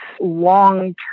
long